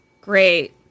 Great